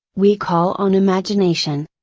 we call on imagination.